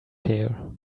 here